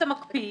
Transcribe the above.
אתה מקפיא.